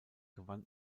gewann